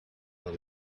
the